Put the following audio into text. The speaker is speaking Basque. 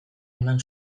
eman